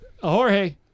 Jorge